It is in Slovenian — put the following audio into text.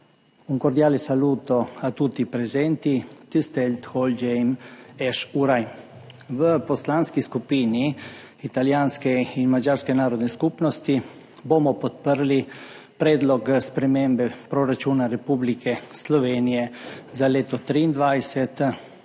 Un cordiale saluto a tutti presenti! Tisztelt Hölgyeim és Uraim! V Poslanski skupini italijanske in madžarske narodne skupnosti bomo podprli Predlog sprememb proračuna Republike Slovenije za leto 2023